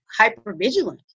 hypervigilant